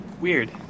weird